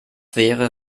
wäre